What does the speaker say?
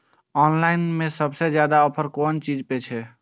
Online में सबसे ज्यादा ऑफर कोन चीज पर छे?